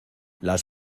las